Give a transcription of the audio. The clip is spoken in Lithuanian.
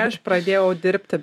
aš pradėjau dirbti